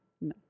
no